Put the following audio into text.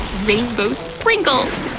rainbow sprinkles!